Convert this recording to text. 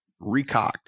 recocked